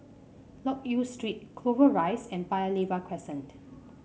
Loke Yew Street Clover Rise and Paya Lebar Crescent